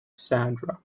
sandra